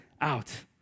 out